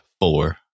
four